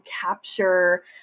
capture